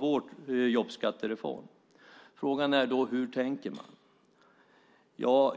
vår jobbskattereform. Frågan är hur de tänker.